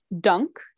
dunk